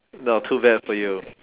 no too bad for you